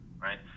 right